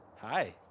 Hi